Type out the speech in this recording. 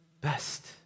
best